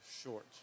Short